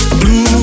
blue